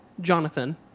Jonathan